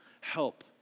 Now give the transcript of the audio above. help